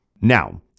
Now